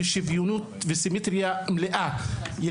שילמדו בשוויוניות ובסימטריה מלאה את